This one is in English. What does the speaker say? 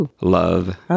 love